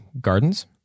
gardens